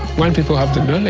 when people have the